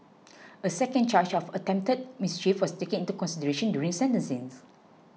a second charge of attempted mischief was taken into consideration during sentencings